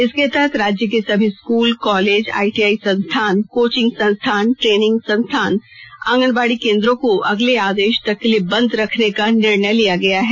इसके तहत राज्य के सभी स्कूल कॉलेज आईटीआई संस्थान कोचिंग संस्थान ट्रेनिंग संस्थान आंगनबाड़ी केंद्रों को अगले आदेश तक के लिए बंद रखने का निर्णय लिया गया है